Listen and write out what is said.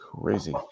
crazy